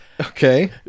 Okay